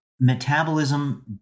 Metabolism